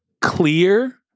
clear